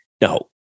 no